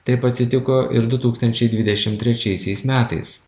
taip atsitiko ir du tūkstančiai dvidešimt trečiaisiais metais